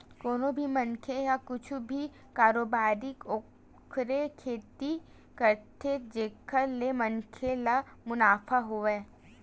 कोनो भी मनखे ह कुछु भी कारोबारी ओखरे सेती करथे जेखर ले मनखे ल मुनाफा होवय